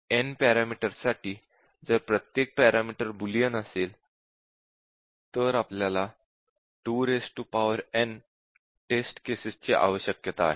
n पॅरामीटर्ससाठी जर प्रत्येक पॅरामीटर बूलियन असेल तर आपल्याला 2n टेस्ट केसेस ची आवश्यकता आहे